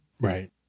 right